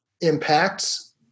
impacts